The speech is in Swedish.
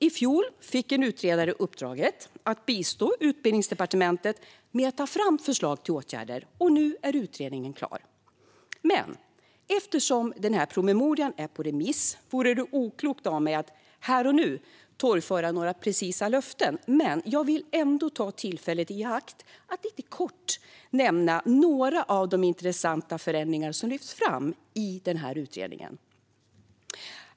I fjol fick en utredare uppdraget att bistå Utbildningsdepartementet med att ta fram förslag till åtgärder, och nu är utredningen klar. Eftersom promemorian är ute på remiss vore det oklokt av mig att här och nu torgföra några precisa löften, men jag vill ta tillfället i akt att lite kort nämna några av de intressanta förändringar som lyfts fram i utredningen.